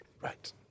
Right